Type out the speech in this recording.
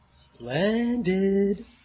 Splendid